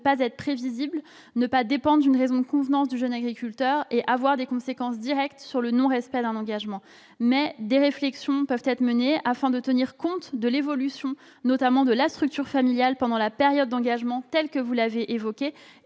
ne pas être prévisible, ne pas dépendre d'une raison de convenance du jeune agriculteur et avoir des conséquences directes sur le non-respect d'un engagement. Cependant, des réflexions peuvent être menées, afin de tenir compte de l'évolution de la structure familiale pendant la période d'engagement et d'évolutions